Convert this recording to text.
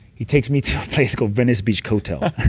he takes me to a place called venice beach cotel.